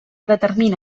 determina